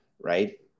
right